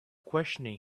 questioning